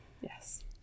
yes